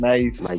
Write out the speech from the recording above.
Nice